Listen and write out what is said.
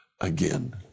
Again